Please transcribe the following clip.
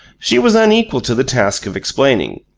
she was unequal to the task of explaining,